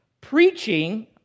preaching